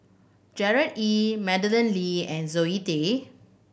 Gerard Ee Madeleine Lee and Zoe Tay